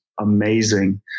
amazing